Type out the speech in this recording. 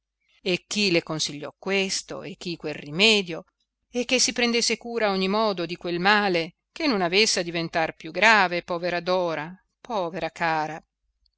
e chi le consigliò questo e chi quel rimedio e che si prendesse cura a ogni modo di quel male che non avesse a diventar più grave povera dora povera cara